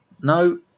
no